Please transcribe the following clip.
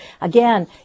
Again